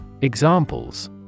Examples